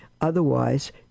Otherwise